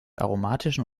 aromatischen